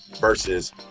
versus